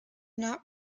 not